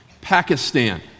Pakistan